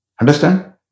Understand